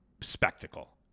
spectacle